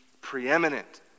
preeminent